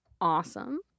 awesome